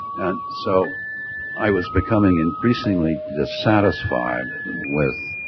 and so i was becoming increasingly dissatisfied with